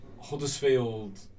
Huddersfield